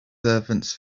servants